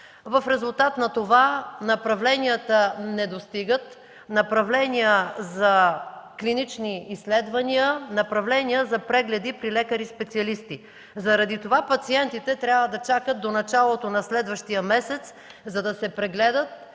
В резултат на това направленията не достигат – направления за клинични изследвания, направления за прегледи при лекари специалисти. Затова пациентите трябва да чакат до началото на следващия месец, за да се прегледат,